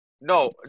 No